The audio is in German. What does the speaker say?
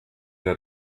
der